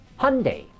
Hyundai